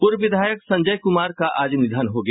पूर्व विधायक संजय कुमार का आज निधन हो गया